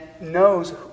knows